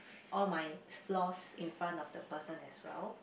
all my flaws in front of the person as well